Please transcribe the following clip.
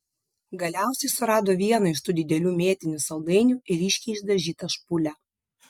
galiausiai surado vieną iš tų didelių mėtinių saldainių ir ryškiai išdažytą špūlę